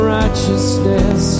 righteousness